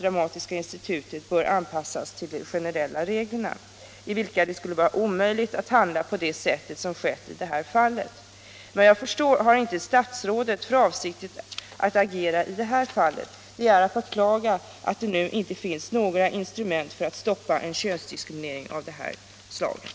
Dramatiska institutet bör anpassas till de generella reglerna, enligt vilka det skulle vara omöjligt att handla på det sätt som skett i det här fallet. Men vad jag förstår har inte statsrådet för avsikt att agera i det här speciella fallet. Det är att beklaga att det nu inte finns några instrument för att stoppa en könsdiskriminering av det här slaget.